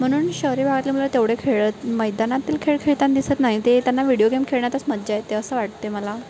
म्हणून शहरी भागातले मुलं तेवढे खेळत मैदानातील खेळ खेळतानी दिसत नाही ते त्यांना व्हिडिओ गेम खेळण्यातच मज्जा येते असं वाटते मला